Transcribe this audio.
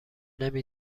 نمی